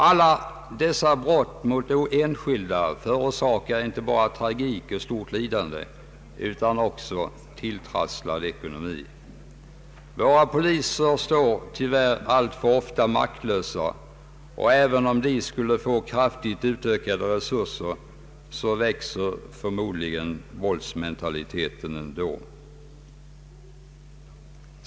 Alla dessa brott mot enskilda förorsakar inte bara tragik och stort lidande utan också tilltrasslad ekonomi. Våra poliser står tyvärr alltför ofta maktlösa, och även om polisen skulle få kraftigt utökade resurser, växer förmodligen våldsmentaliteten ändå.